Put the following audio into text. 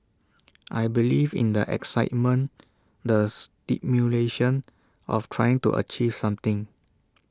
I believe in the excitement the stimulation of trying to achieve something